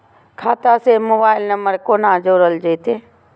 खाता से mobile number कोना जोरल जेते?